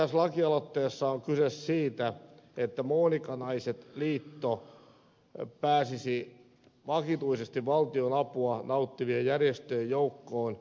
tässä lakialoitteessa on kyse siitä että monika naiset liitto pääsisi vakituisesti valtionapua nauttivien järjestöjen joukkoon